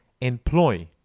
Employ